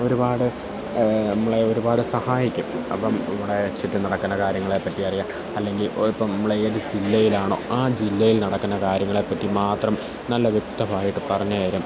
ഒരുപാട് നമ്മളെ ഒരുപാട് സഹായിക്കും അപ്പോള് നമ്മുടെ ചുറ്റും നടക്കണ കാര്യങ്ങളെ പറ്റി അറിയാൻ അല്ലെങ്കില് ഇപ്പോള് ഇപ്പോള് നമ്മള് ഏത് ജില്ലയിലാണോ ആ ജില്ലയിൽ നടക്കുന്ന കാര്യങ്ങളെ പറ്റി മാത്രം നല്ല വ്യക്തമായിട്ട് പറഞ്ഞുതരും